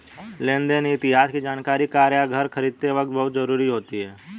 लेन देन इतिहास की जानकरी कार या घर खरीदते वक़्त बहुत जरुरी होती है